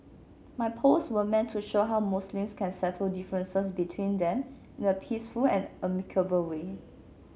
my posts were meant to show how Muslims can settle differences between them in a peaceful and amicable way